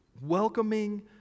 Welcoming